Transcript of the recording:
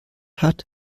hat